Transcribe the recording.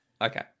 Okay